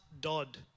Dodd